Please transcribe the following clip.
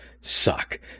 suck